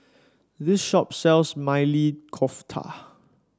this shop sells Maili Kofta